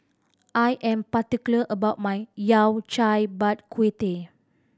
I am particular about my Yao Cai Bak Kut Teh